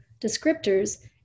descriptors